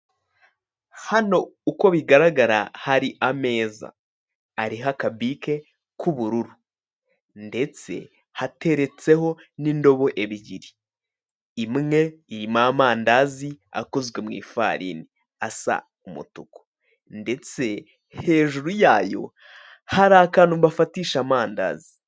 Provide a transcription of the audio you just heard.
Hano uko bigaragara hari ameza ariho akabike k'ubururu ndetse hateretseho n'indobo ebyiri, imwe irimo amandazi akozwe mu ifarini asa umutuku ndetse hejuru yayo hari akantu bafatisha amandazi.